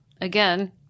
again